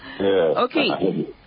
Okay